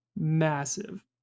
Massive